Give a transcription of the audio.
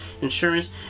insurance